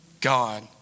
God